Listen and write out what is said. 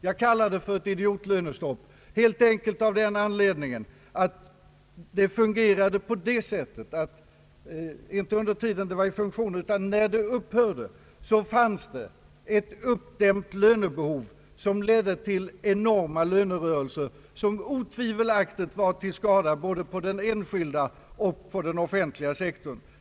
Jag kallar det för ett idiotlönestopp helt enkelt av den anledningen, att det fun gerade på det sättet, att när det upphörde förelåg ett uppdämt lönebehov som ledde till enorma lönerörelser, vilka otvivelaktigt var till skada både på den enskilda och på den offentliga sektorn.